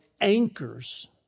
anchors